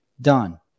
done